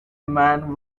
man